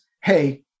hey